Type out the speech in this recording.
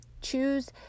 Choose